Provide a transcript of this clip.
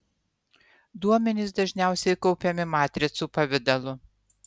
duomenys dažniausiai kaupiami matricų pavidalu